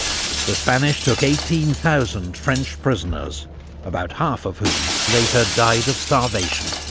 the spanish took eighteen thousand french prisoners about half of whom later died of starvation.